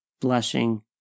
blushing